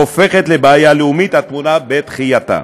הופכת לבעיה לאומית הטמונה בדחייתה.